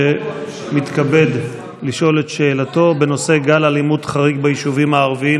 שמתכבד לשאול את שאלתו בנושא: גל אלימות חריג ביישובים הערביים.